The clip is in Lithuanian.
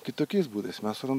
kitokiais būdais mes surandam